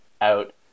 out